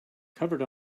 covered